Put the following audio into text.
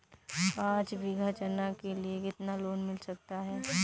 पाँच बीघा चना के लिए कितना लोन मिल सकता है?